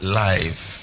life